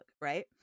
right